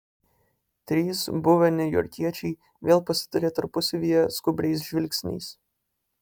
trys buvę niujorkiečiai vėl pasitarė tarpusavyje skubriais žvilgsniais